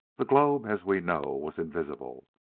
the globe, as we know, was invisible.